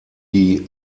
die